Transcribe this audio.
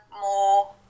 more